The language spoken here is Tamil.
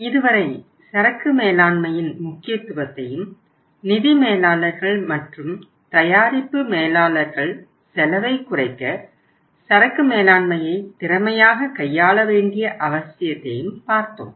இதுவரை சரக்கு மேலாண்மையின் முக்கியத்துவத்தையும் நிதி மேலாளர்கள் மற்றும் தயாரிப்பு மேலாளர்கள் செலவை குறைக்க சரக்கு மேலாண்மையை திறமையாக கையாள வேண்டிய அவசியத்தையும் பார்த்தோம்